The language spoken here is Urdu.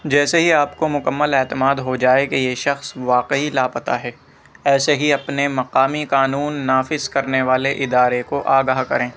جیسے ہی آپ کو مکمل اعتماد ہو جائے کہ یہ شخص واقعی لاپتہ ہے ایسے ہی اپنے مقامی قانون نافذ کرنے والے ادارے کو آگاہ کریں